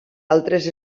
altres